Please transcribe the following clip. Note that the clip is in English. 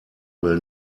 will